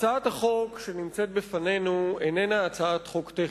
הצעת החוק שנמצאת בפנינו איננה הצעת חוק טכנית.